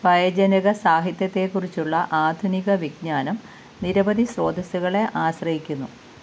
ഭയജനക സാഹിത്യത്തെക്കുറിച്ചുള്ള ആധുനികവിജ്ഞാനം നിരവധി സ്രോതസ്സുകളെ ആശ്രയിക്കുന്നു